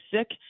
sick